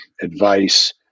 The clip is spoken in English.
advice